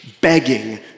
begging